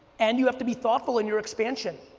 and you have to be thoughtful in your expansion.